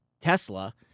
Tesla